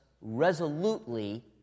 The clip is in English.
resolutely